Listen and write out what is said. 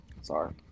sorry